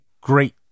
great